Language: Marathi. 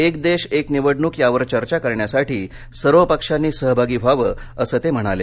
एक देश एक निवडणूक यावर चर्चा करण्यासाठी सर्व पक्षांनी सहभागी व्हावं असं ते म्हणाले